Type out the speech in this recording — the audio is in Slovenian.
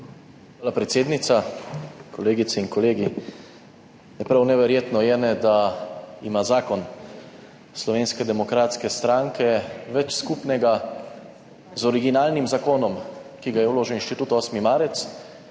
Hvala, predsednica. Kolegice in kolegi! Prav neverjetno je, da ima zakon Slovenske demokratske stranke več skupnega z originalnim zakonom, ki ga je vložil Inštitut 8. marec,